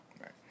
right